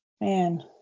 Man